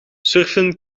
surfen